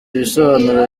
ibisobanuro